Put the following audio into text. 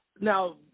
Now